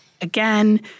Again